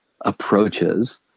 approaches